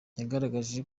yagaragaje